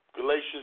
Galatians